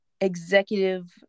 executive